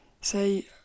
say